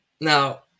Now